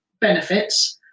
benefits